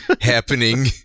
happening